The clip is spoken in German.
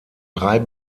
drei